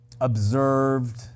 observed